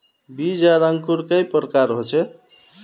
बीज आर अंकूर कई प्रकार होचे?